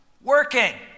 working